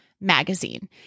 magazine